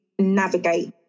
navigate